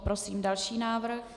Prosím další návrh.